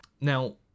now